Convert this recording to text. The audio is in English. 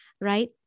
right